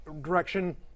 direction